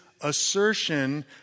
assertion